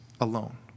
alone